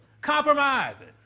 compromising